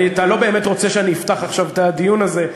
אתה לא באמת רוצה שאני אפתח עכשיו את הדיון הזה.